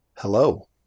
Hello